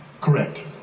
Correct